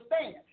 stand